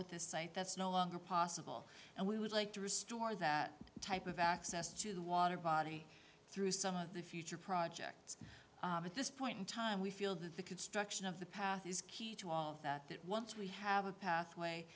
with this site that's no longer possible and we would like to restore that type of access to water body through some of the future projects at this point in time we feel that the construction of the path is key to all of that that once we have a pa